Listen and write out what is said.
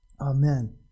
amen